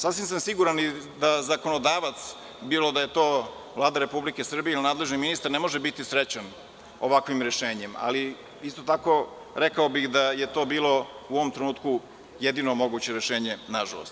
Sasvim sam siguran da zakonodavac, bilo da je to Vlada Republike Srbije ili nadležni ministar ne može biti srećan ovakvim rešenjem, ali isto tako, rekao bih da je to bilo u ovom trenutku jedino moguće rešenje, nažalost.